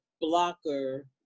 blocker